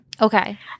Okay